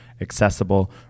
accessible